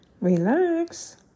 relax